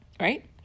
Right